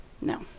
No